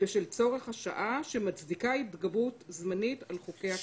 בשל צורך השעה שמצדיקה התגברות זמנית על חוקי הכנסת.